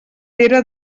era